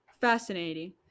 Fascinating